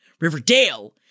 Riverdale